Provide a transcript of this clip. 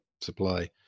supply